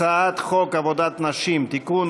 הצעת חוק עבודת נשים (תיקון,